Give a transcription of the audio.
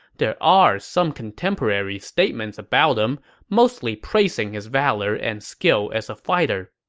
there are some contemporary statements about him, mostly praising his valor and skill as a fighter.